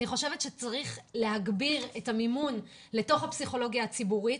אני חושבת שצריך להגביר את המימון לתוך הפסיכולוגיה הציבורית.